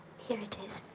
here it is.